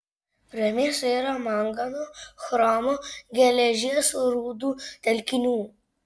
prie miesto yra mangano chromo geležies rūdų telkinių